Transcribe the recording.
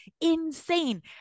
insane